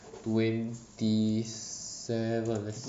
twenty seven let's s~